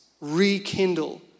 rekindle